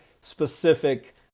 specific